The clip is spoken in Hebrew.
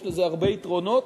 יש לזה הרבה יתרונות,